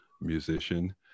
musician